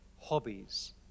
hobbies